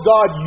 God